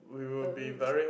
oh